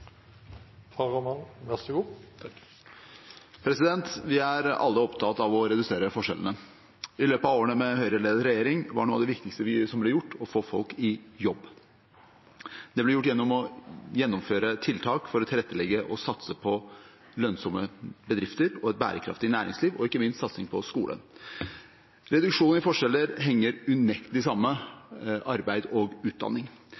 alle opptatt av å redusere forskjellene. I løpet av årene med Høyre-ledet regjering var noe av det viktigste som ble gjort, å få folk i jobb. Det ble gjort gjennom å gjennomføre tiltak for å tilrettelegge og satse på lønnsomme bedrifter og et bærekraftig næringsliv og ikke minst gjennom satsing på skole. Reduksjon i forskjeller henger unektelig sammen med arbeid og utdanning.